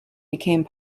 became